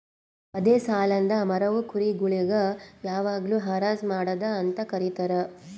ವಧೆ ಸಲೆಂದ್ ಮಾರವು ಕುರಿ ಗೊಳಿಗ್ ಯಾವಾಗ್ಲೂ ಹರಾಜ್ ಮಾಡದ್ ಅಂತ ಕರೀತಾರ